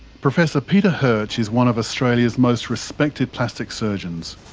professor peter haertsch is one of australia's most respected plastic surgeons.